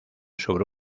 sobre